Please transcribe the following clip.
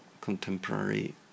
contemporary